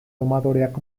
domadoreak